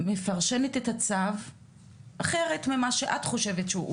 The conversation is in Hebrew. מפרשנת את הצו אחרת ממה שאת חושבת שהוא,